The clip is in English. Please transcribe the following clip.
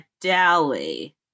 Dally